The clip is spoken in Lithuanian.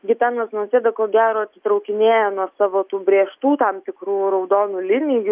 gitanas nausėda ko gero atsitraukinėja nuo savo tų brėžtų tam tikrų raudonų linijų